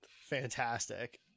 fantastic